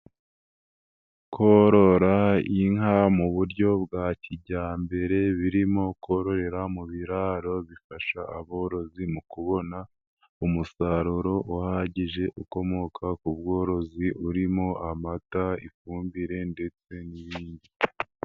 Korora inka mu buryo bwa kijyambere birimo kororera mu biraro bifasha aborozi mu kubona, umusaruro uhagije ukomoka ku bworozi urimo amata ifumbire ndetse n'ibindi.